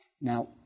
Now